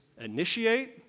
initiate